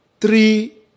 three